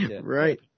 right